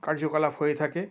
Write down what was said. কার্যকলাপ হয়ে থাকে